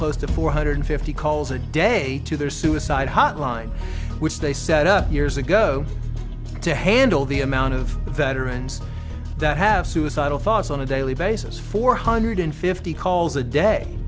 close to four hundred fifty calls a day to their suicide hotline which they set up years ago to handle the amount of veterans that have suicidal thoughts on a daily basis four hundred fifty calls a day